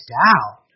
down